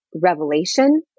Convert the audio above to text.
revelation